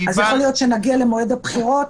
יכול להיות שנגיע למועד הבחירות,